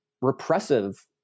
repressive